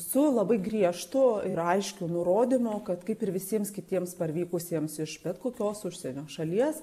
su labai griežtu ir aiškiu nurodymu kad kaip ir visiems kitiems parvykusiems iš bet kokios užsienio šalies